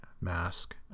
mask